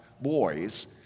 boys